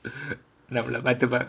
நம்மல பார்த்து:nammala paarthu